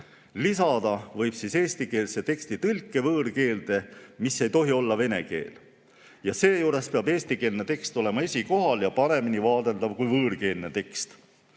Lisada võib eestikeelse teksti tõlke võõrkeelde, mis ei tohi olla vene keel, ja seejuures peab eestikeelne tekst olema esikohal ja paremini vaadeldav kui võõrkeelne tekst.